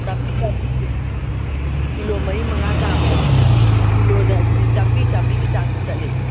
ꯅꯥꯄꯤꯆꯥꯕꯤ kilo ꯃꯔꯤ ꯃꯉꯥ ꯇꯥꯕꯗꯣ ꯀꯤꯂꯣꯗ ꯑꯗꯨꯗꯤ ꯆꯥꯝꯃ꯭ꯔꯤ ꯆꯥꯝꯃ꯭ꯔꯤꯒꯤ ꯆꯥꯡꯗ ꯆꯠꯂꯦ